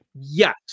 yes